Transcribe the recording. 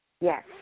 yes